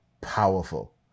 powerful